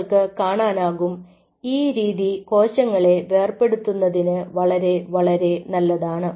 നിങ്ങൾക്ക് കാണാനാകും ഈ രീതി കോശങ്ങളെ വേർപെടുത്തുന്നതിന് വളരെ വളരെ നല്ലതാണ്